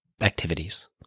activities